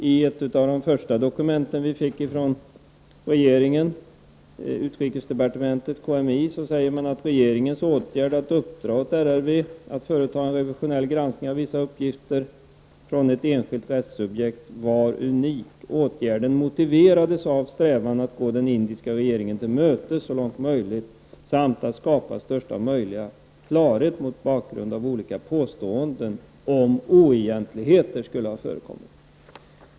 I ett av de första dokumenten vi fick från regeringen — från utrikesdepartementet och KMI — säger man att regeringens åtgärd att uppdra åt RRV att företa en revisionell granskning av vissa uppgifter från ett enskilt rättssubjekt var unik. Åtgärden motiverades av strävan att gå den indiska regeringen till mötes så långt möjligt samt att skapa största möjliga klarhet mot bakgrund av olika påståenden om att oegentligheter skulle ha förekommit.